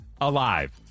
alive